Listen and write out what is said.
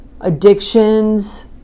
addictions